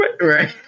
Right